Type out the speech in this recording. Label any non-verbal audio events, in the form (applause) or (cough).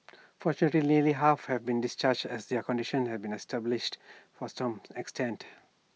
fortunately nearly half have been discharged as their condition have stabilised (unintelligible) extent